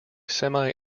semi